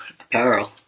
apparel